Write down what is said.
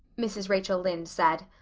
mrs. rachel lynde said.